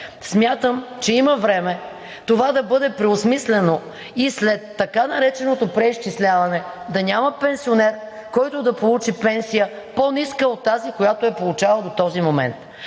Смятам, че има време това да бъде преосмислено, и след така нареченото преизчисляване да няма пенсионер, който да получи пенсия, по-ниска от тази, която е получавал до този момент.